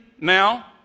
now